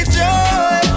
joy